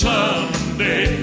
Someday